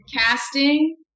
Casting